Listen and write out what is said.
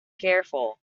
careful